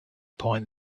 point